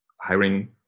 hiring